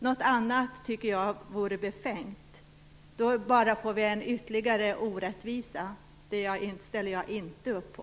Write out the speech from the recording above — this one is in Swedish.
Något annat tycker jag vore befängt. Då får vi ju bara ytterligare en orättvisa, och det ställer jag inte upp på.